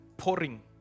pouring